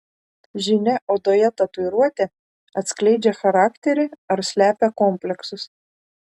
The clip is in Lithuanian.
žinia odoje tatuiruotė atskleidžia charakterį ar slepia kompleksus